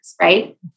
right